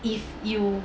if you